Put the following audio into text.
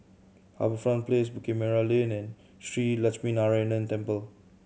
HarbourFront Place Bukit Merah Lane and Shree Lakshminarayanan Temple